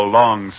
long